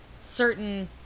certain